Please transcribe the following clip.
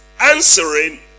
answering